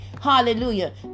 hallelujah